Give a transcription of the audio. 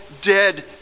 dead